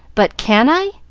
but can i?